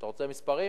אתה רוצה מספרים?